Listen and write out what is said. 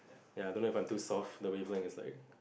ya don't have until soft the people is like